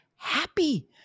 happy